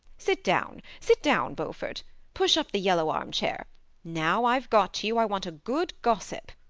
sit down sit down, beaufort push up the yellow armchair now i've got you i want a good gossip.